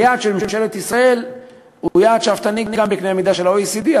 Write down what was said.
היעד של ממשלת ישראל הוא יעד שאפתני גם בקנה מידה של ה-OECD,